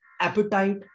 appetite